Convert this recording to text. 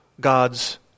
God's